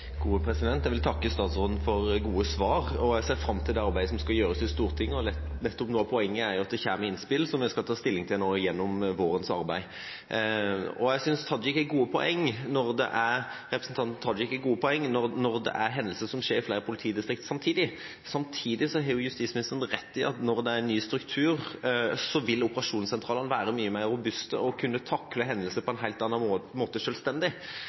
gode svar, og jeg ser fram til det arbeidet som skal gjøres i Stortinget. Noe av poenget er nettopp at det kommer innspill som vi skal ta stilling til gjennom vårens arbeid. Jeg synes Hadia Tajik har gode poeng når det gjelder hendelser som skjer i flere politidistrikt samtidig. Samtidig har justisministeren rett i at når det er en ny struktur, vil operasjonssentralene være mye mer robuste og kunne takle hendelser selvstendig på en helt annen måte.